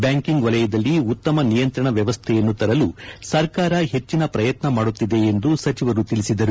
banking ವಲಯದಲ್ಲಿ ಉತ್ತಮ ನಿಯಂತ್ರಣ ವ್ಯವಸ್ಥೆಯನ್ನು ತರಲು ಸರ್ಕಾರ ಹೆಚ್ಚಿನ ಪ್ರಯತ್ನ ಮಾಡುತ್ತಿದೆ ಎಂದು ಸಚಿವರು ಹೇಳಿದರು